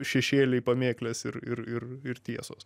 šešėliai pamėklės ir ir ir ir tiesos